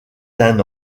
d’un